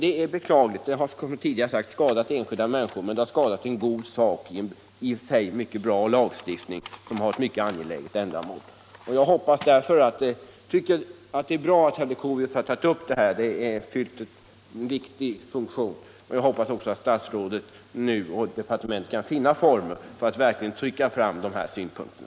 Detta är beklagligt, och som jag sade har det skadat inte bara enskilda människor utan även en god sak, en i och för sig mycket bra lagstiftning med ett synnerligen angeläget ändamål. Jag tycker det är bra att herr Leuchovius tagit upp saken. Interpellationen har fyllt en viktig funktion, och jag hoppas att statsrådet och departementet nu kan finna former för att verkligen trycka fram de här synpunkterna.